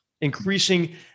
increasing